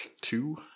two